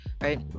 right